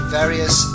various